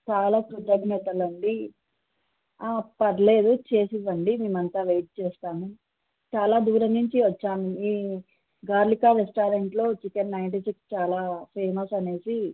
చాలా కృతఘ్నతలండీ పర్లేదు చేసివ్వండి మేమంతా వెయిట్ చేస్తాము చాలా దూరం నుంచి వచ్చాము ఈ గొర్లికా రెస్టారెంట్లో చికెన్ నైన్టీ సిక్స్ చాలా ఫేమస్ అనేసి